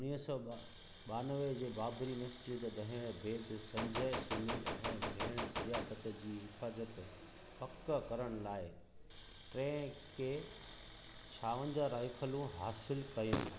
उणिवीह सौ ॿ ॿयानवे जे बाबिरी मस्जिद ॾहिण बैदि संजय सुनील ऐं भेण प्रिया दत्त जी हिफाज़त पक करण लाइ टे के छावंजाह राइफलूं हासिलु कयाईं